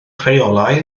rheolau